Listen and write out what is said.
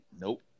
Nope